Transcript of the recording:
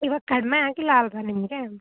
ಇವಾಗ ಕಡಿಮೆ ಆಗಿಲ್ಲ ಅಲ್ವಾ ನಿಮಗೆ